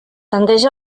tendeix